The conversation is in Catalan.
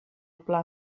pla